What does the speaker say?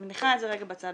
אני מניחה את זה רגע בצד.